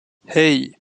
hey